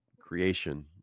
creation